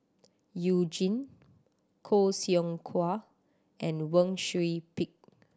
You Jin Khoo Seow Hwa and Wang Sui Pick